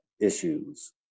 issues